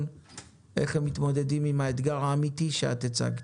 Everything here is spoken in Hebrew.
איך הם מתמודדים עם האתגר האמיתי שאת הצגת.